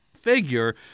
figure